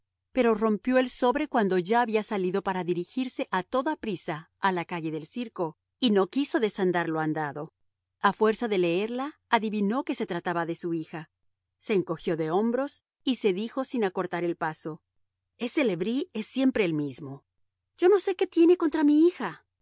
pero rompió el sobre cuando ya había salido para dirigirse a toda prisa a la calle del circo y no quiso desandar lo andado a fuerza de leerla adivinó que se trataba de su hija se encogió de hombros y se dijo sin acortar el paso ese le bris es siempre el mismo yo no sé qué tiene contra mi hija